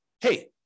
hey